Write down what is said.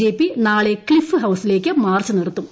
JP നാളെ cliff ഹൌസിലേക്കു march നടത്തും